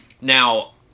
Now